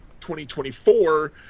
2024